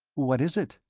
what is it?